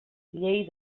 llei